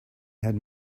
had